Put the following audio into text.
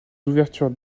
ouvertures